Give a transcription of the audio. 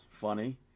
funny